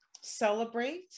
celebrate